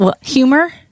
Humor